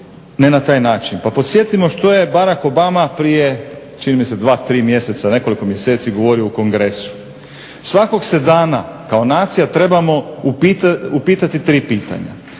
Ne na taj način. Pa podsjetimo što je Barack Obama prije čini mi se dva, tri mjeseca, nekoliko mjeseci govorio u Kongresu, svakog se dana kao nacija trebamo upitati tri pitanja.